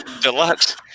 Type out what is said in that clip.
Deluxe